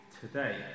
today